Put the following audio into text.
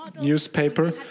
newspaper